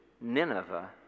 Nineveh